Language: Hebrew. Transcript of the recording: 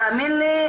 תאמין לי,